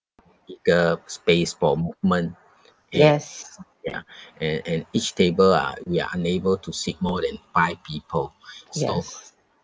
it the space for movement ya and and each table are we are unable to sit more than five people so